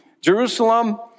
Jerusalem